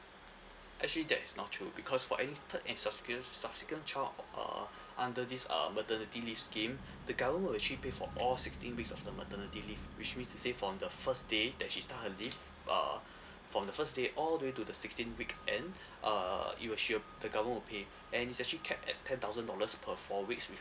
actually that is not true because for any third and subsequent subsequent child uh under this uh maternity leave scheme the government will actually pay for all sixteen weeks of the maternity leave which means to say from the first day that she start her leave uh from the first day all the way to the sixteenth week end err it will she will the government will pay and it's actually capped at ten thousand dollars per four weeks with